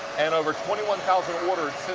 and over twenty one thousand orders